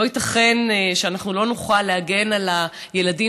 לא ייתכן שאנחנו לא נוכל להגן על הילדים